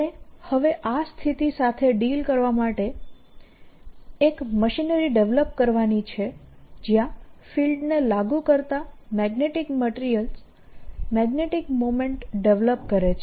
આપણે હવે આ સ્થિતિ સાથે ડીલ કરવા માટે એક મશીનરી ડેવેલપ કરવાની છે જ્યાં ફીલ્ડને લાગુ કરતા magnetic material magnetic moment develop કરે છે